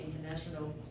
international